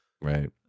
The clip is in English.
Right